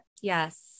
Yes